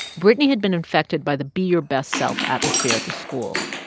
brittany had been affected by the be-your-best-self atmosphere at the school.